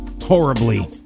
horribly